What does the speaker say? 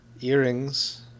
earrings